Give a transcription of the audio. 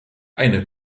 eine